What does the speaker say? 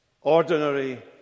ordinary